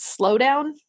slowdown